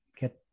get